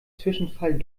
zwischenfall